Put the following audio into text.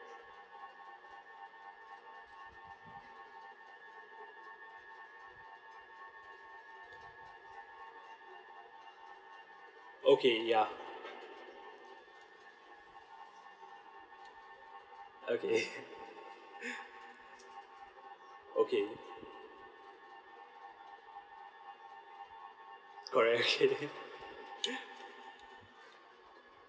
okay ya okay okay correct okay